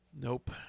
Nope